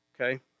okay